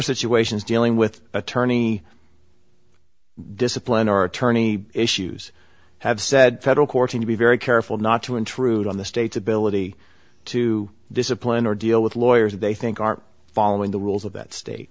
situations dealing with attorney discipline or attorney issues have said federal court had to be very careful not to intrude on the state's ability to discipline or deal with lawyers they think are following the rules of that state